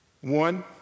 One